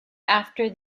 after